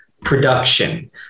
production